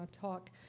talk